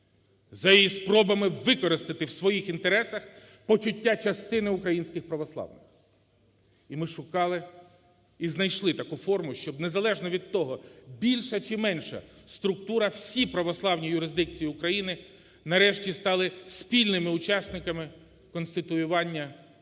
за її спробами використати в своїх інтересах почуття частини українських православних. І ми шукали, і знайшли таку форму, щоби незалежно від того, більша чи менша структура, всі православні юрисдикції України нарешті стали спільними учасниками конституювання Помісної